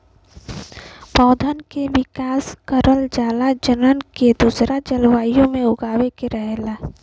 पौधन के विकास करल जाला जौन के दूसरा जलवायु में उगावे के रहला